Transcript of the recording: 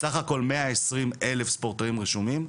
סך הכל מאה עשרים אלף ספורטאים רשומים.